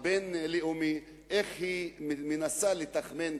הבין-לאומי היא מנסה לתכמן,